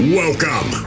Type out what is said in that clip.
welcome